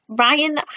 Ryan